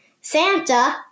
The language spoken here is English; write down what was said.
Santa